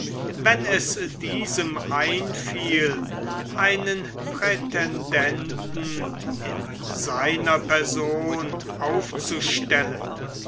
wenn es diesem einfiel einen prätendenten in seiner person auszusäen